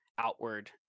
outward